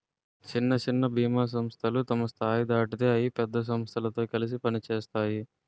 సిన్న సిన్న బీమా సంస్థలు తమ స్థాయి దాటితే అయి పెద్ద సమస్థలతో కలిసి పనిసేత్తాయి